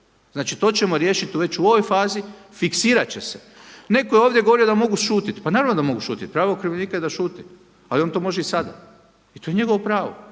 Znači to ćemo riješiti već u ovoj fazi, fiksirat će se. Netko je ovdje govorio da mogu šutjeti. Pa naravno da mogu šutjeti, pravo okrivljenika je da šuti, ali on to može i sada i to je njegovo pravo.